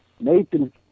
Nathan